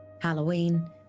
Halloween